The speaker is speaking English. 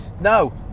no